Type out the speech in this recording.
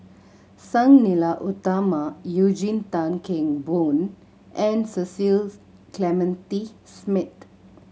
Sang Nila Utama Eugene Tan Kheng Boon and Cecil Clementi Smith